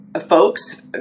folks